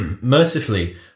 mercifully